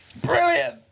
Brilliant